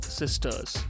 sisters